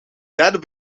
naar